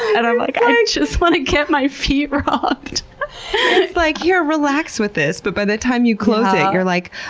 and i'm like, i just want to get my feet rubbed! it's like, here, relax with this, but by the time you close it, you're like,